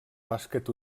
bàsquet